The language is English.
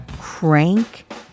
crank